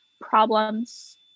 problems